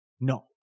No